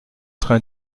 train